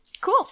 Cool